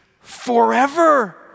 forever